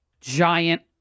giant